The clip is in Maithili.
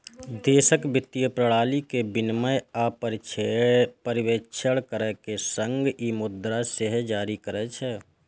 देशक वित्तीय प्रणाली के विनियमन आ पर्यवेक्षण करै के संग ई मुद्रा सेहो जारी करै छै